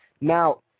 Now